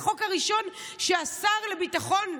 החוק הראשון שהשר לביטחון,